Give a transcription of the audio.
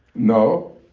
no,